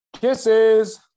Kisses